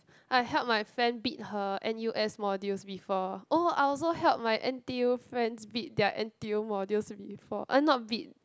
I help my friend bid her N_U_S modules before oh I also help my N_T_U friends bid their N_T_U modules before uh not bid